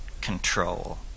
control